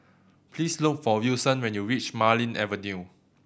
please look for Wilson when you reach Marlene Avenue